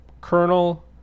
kernel